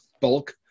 bulk